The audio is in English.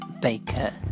Baker